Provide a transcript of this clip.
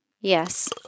Yes